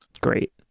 Great